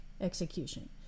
execution